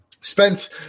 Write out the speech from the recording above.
Spence